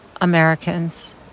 Americans